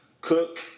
Cook